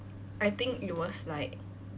I think it was like